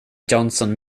johnson